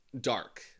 dark